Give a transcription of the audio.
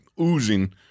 oozing